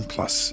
Plus